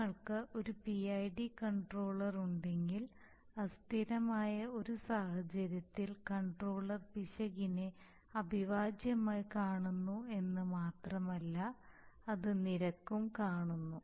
നിങ്ങൾക്ക് ഒരു PID controller ഉണ്ടെങ്കിൽ അസ്ഥിരമായ ഒരു സാഹചര്യത്തിൽ കൺട്രോളർ പിശകിനെ അവിഭാജ്യമായി കാണുന്നു എന്ന് മാത്രമല്ല അത് നിരക്കും കാണുന്നു